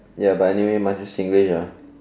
ya but anyway must use Singlish ah